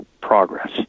progress